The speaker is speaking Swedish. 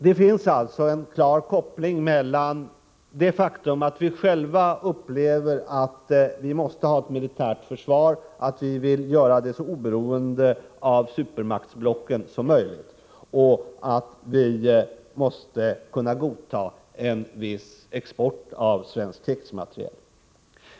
Det finns alltså en klar koppling mellan det faktum att vi själva måste ha ett militärt försvar, att vi vill göra detta så oberoende av supermaktsblocken som möjligt och att vi måste godta en viss export av svensk krigsmateriel.